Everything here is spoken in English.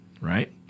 Right